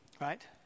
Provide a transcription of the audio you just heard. right